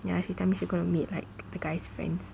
ya she tell me she gonna meet like the guy's friends